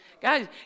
Guys